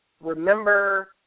remember